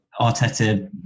Arteta